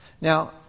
Now